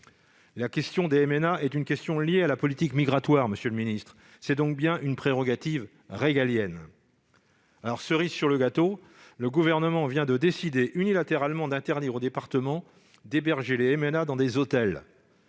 La question des MNA est liée à la politique migratoire, monsieur le secrétaire d'État. C'est donc bien une prérogative régalienne. Cerise sur le gâteau, le Gouvernement vient de décider unilatéralement d'interdire aux départements d'héberger les MNA dans des hôtels,